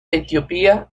etiopía